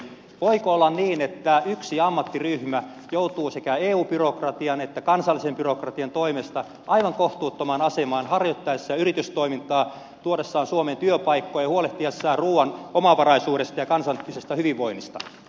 voiko olla niin että yksi ammattiryhmä joutuu sekä eu byrokratian että kansallisen byrokratian toimesta aivan kohtuuttomaan asemaan harjoittaessaan yritystoimintaa tuodessaan suomeen työpaikkoja ja huolehtiessaan ruuan omavaraisuudesta ja kansakunnan hyvinvoinnista